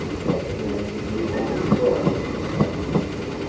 such a man would need only to go, in a fast steamer,